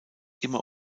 immer